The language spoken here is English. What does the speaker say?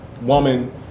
woman